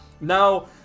Now